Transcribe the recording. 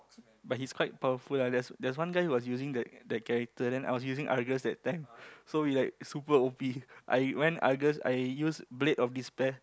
but he's quite powerful lah there's there's one guy who was using that that character then I was using Argus that time so we like super o_p I went Argus I use blade of despair